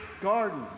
garden